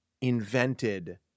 invented